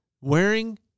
Wearing